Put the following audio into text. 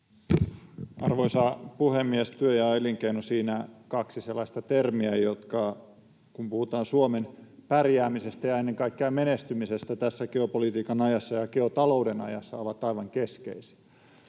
Arvoisa puhemies! Työ ja elinkeino — siinä kaksi sellaista termiä, jotka ovat aivan keskeisiä, kun puhutaan Suomen pärjäämisestä ja ennen kaikkea menestymisestä tässä geopolitiikan ja geotalouden ajassa. Jos mietitään,